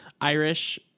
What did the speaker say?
Irish